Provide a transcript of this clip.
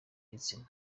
gitsina